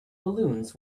balloons